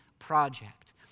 project